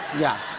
yeah.